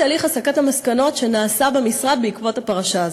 תהליך הסקת המסקנות שנעשה במשרד בעקבות הפרשה הזאת.